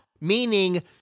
meaning